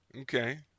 Okay